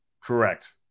Correct